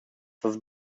sas